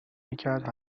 میکرد